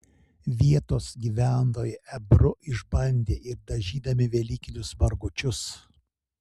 vietos gyventojai ebru išbandė ir dažydami velykinius margučius